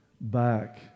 back